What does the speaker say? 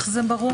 איך זה ברור?